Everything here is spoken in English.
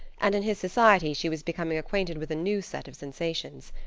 and in his society she was becoming acquainted with a new set of sensations.